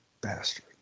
bastard